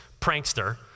prankster